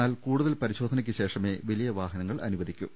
എന്നാൽ കൂടുതൽ പരിശോധനയ്ക്ക് ശേഷമേ വലിയ വാഹനങ്ങൾ അനുവദിക്കു